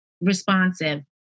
responsive